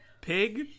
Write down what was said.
Pig